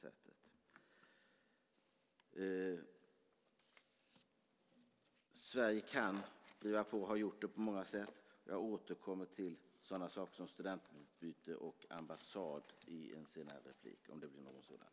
Sverige kan driva på och har gjort det på många sätt. Jag återkommer till sådana saker som studentutbyte och ambassad i ett senare inlägg, om det blir något sådant.